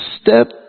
step